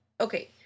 okay